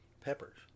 peppers